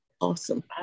awesome